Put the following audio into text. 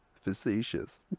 facetious